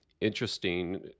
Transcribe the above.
interesting